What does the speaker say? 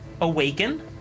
awaken